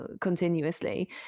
continuously